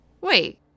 Wait